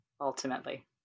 ultimately